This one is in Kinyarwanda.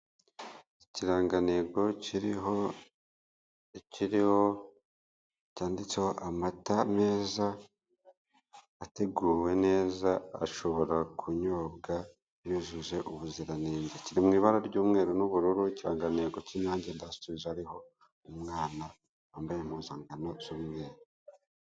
Ikirangantego kiriho, ikiriho cyanditseho amata meza ateguwe neza ashobora kunyobwa yujuje ubuziranenge. Kiri mu ibara ry'umweru n'ubururu ikirangantego k'inyange indasitirizi hariho umwana wambaye impuzangano z'umweru.